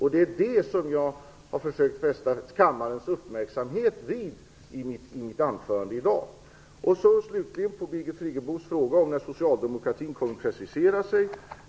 Det är det som jag har försökt fästa kammarens uppmärksamhet på i mitt anförande i dag. Slutligen vill jag svara på Birgit Friggebos fråga om när socialdemokratin kommer att precisera sig.